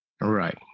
right